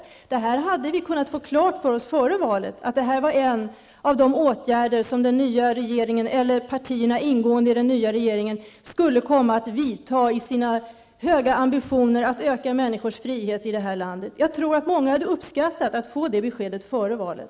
Vi hade redan före valet kunnat få klart för oss att detta var en av de åtgärder som partierna ingående i den nya regeringen skulle komma att vidta i sina höga ambitioner att öka människors frihet i det här landet. Jag tror att många hade uppskattat att få det beskedet före valet.